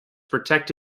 protect